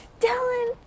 Dylan